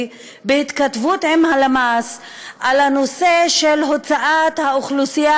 בהתכתבות עם הלמ"ס על הנושא של הוצאת האוכלוסייה